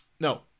No